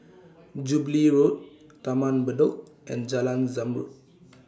Jubilee Road Taman Bedok and Jalan Zamrud